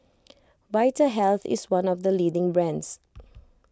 Vitahealth is one of the leading brands